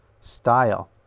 style